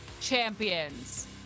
champions